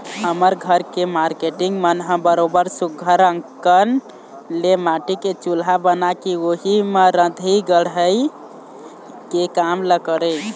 हमर घर के मारकेटिंग मन ह बरोबर सुग्घर अंकन ले माटी के चूल्हा बना के उही म रंधई गड़हई के काम ल करय